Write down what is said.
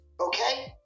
Okay